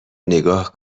نگاه